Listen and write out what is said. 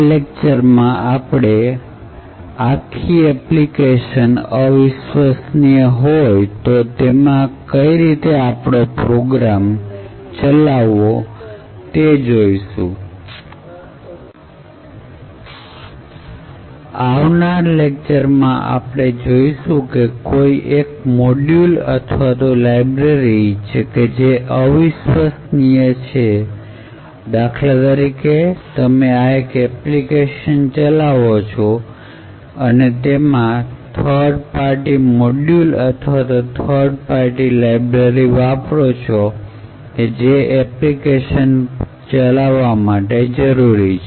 આ લેક્ચરમાં આપણે આખી એપ્લિકેશન અવિશ્વસનીય હોય તો એમાં આપણો પ્રોગ્રામ કઈ રીતે ચલાવવો એ જોઈશું અને આવનાર લેક્ચરમાં આપણે જોઇશું કે કોઈ એક મોડ્યુલ અથવા તો લાઇબ્રેરી જે અવિશ્વસનીય છે દાખલા તરીકે તમે એક એપ્લિકેશન ચલાવો છો અને તેમાં તમે થર્ડ પાર્ટી મોડ્યુલ અથવા થર્ડ પાર્ટી લાઇબ્રેરી વાપરો છો કે જે એપ્લિકેશન ચલાવવા માટે જરૂરી છે